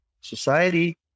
society